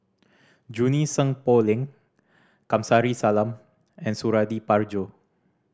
Junie Sng Poh Leng Kamsari Salam and Suradi Parjo